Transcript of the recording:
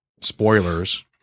spoilers